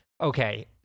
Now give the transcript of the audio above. okay